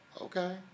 Okay